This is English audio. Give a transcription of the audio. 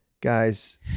Guys